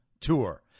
tour